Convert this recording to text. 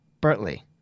Bertley